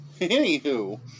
Anywho